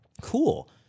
Cool